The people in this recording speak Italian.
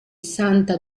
santa